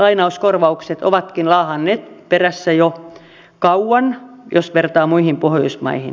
lainauskorvaukset ovatkin laahanneet perässä jo kauan jos vertaa muihin pohjoismaihin